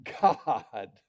God